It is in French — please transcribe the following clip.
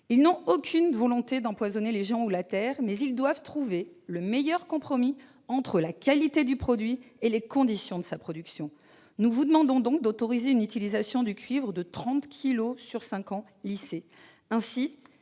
Ils n'ont aucune volonté d'empoisonner les gens ou la terre, mais ils doivent trouver le meilleur compromis entre la qualité du produit et les conditions de sa production. Nous vous demandons donc d'autoriser une utilisation du cuivre de 30 kilogrammes sur cinq ans lissés. Ainsi,